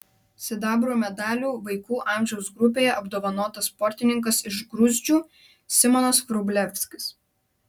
sidabro medaliu vaikų amžiaus grupėje apdovanotas sportininkas iš gruzdžių simonas vrublevskis